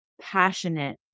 passionate